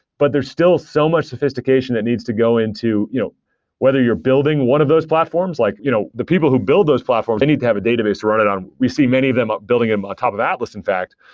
but there's still so much sophistication that needs to go into you know whether you're building one of those platforms. like you know the people who build those platforms, they need to have a database running on we see many of them ah building them on ah top of atlas in fact,